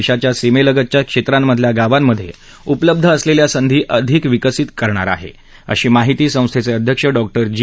देशाच्या सीमेलगतच्या क्षेत्रांमधल्या गावांमध्ये उपलब्ध असलेल्या संधी अधिक विकसित विकास करणार आहे अशी माहिती संस्थेचे अध्यक्ष डॉक्टर जी